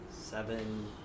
seven